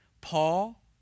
Paul